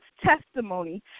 testimony